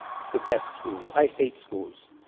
it's the best school. i hate schools.